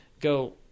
go